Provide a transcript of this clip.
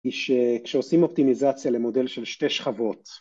כי כשעושים אופטימיזציה למודל של שתי שכבות